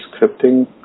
scripting